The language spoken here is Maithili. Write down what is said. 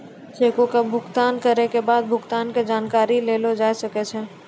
चेको से भुगतान करै के बाद भुगतान के जानकारी लेलो जाय सकै छै